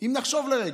אם נחשוב לרגע,